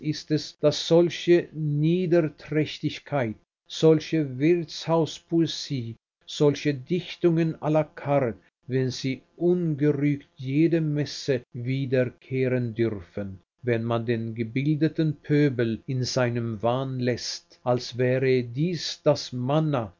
daß solche niederträchtigkeit solche wirtshauspoesie solche dichtungen la carte wenn sie ungerügt jede messe wiederkehren dürfen wenn man den gebildeten pöbel in seinem wahn läßt als wäre dies das manna